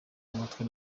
umutwe